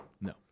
No